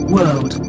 World